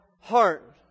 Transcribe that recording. heart